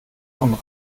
und